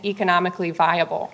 economically viable